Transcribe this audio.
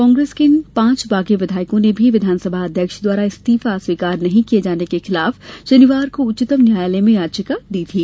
कांग्रेस के इन पांच बागी विधायकों ने भी विधानसभा अध्यक्ष द्वारा इस्तीफा स्वीकार नहीं किये जाने के खिलाफ शनिवार को उच्चतम न्यायालय में याचिका दी थी